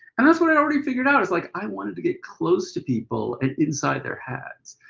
and that's what i already figured out, it's like i wanted to get close to people and inside their heads,